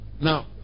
now